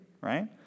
right